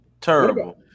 terrible